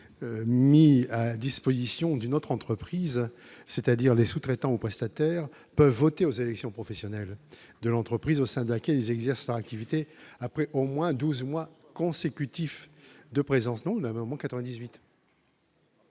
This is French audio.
mis à la disposition d'une autre entreprise, c'est-à-dire les sous-traitants aux prestataires peuvent voter aux élections professionnelles de l'entreprise au sein desquelles ils exercent leur activité après au moins 12 mois consécutifs de présence dans la maman en 98.